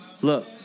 Look